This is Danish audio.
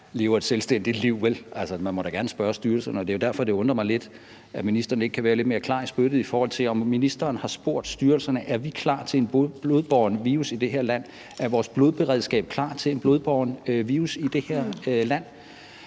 lever et selvstændigt liv, vel? Altså, man må da gerne spørge styrelserne, og det er derfor, det undrer mig lidt, at ministeren ikke kan være lidt mere klar i spyttet, i forhold til om ministeren har spurgt styrelserne: Er vi klar til en blodbåren virus i det her land? Er vores blodberedskab klar til en blodbåren virus i det her land?